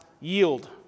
yield